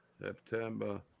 September